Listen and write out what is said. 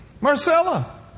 Marcella